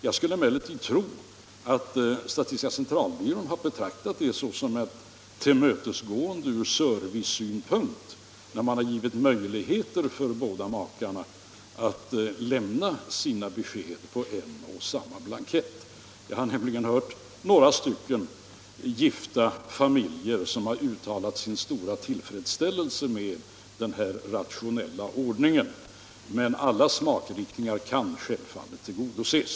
Jag skulle emellertid tro att statistiska centralbyrån har betraktat det såsom ett tillmötesgående ur servicesynpunkt när man har givit möjligheter för båda makarna att lämna sina besked på en och samma blankett. Jag har nämligen hört några gifta familjer uttala sin stora tillfredsställelse med den här rationella ordningen. Men alla smakriktningar kan självfallet tillgodoses.